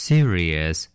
Serious